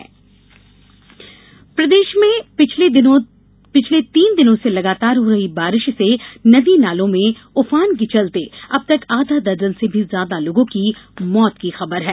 मौसम प्रदेश में पिछले तीन दिनों से लगातार हो रही बारिश से नदी नालों में उफान के चलते अब तक आधा दर्जन से भी ज्यादा लोगों की मौत की खबर है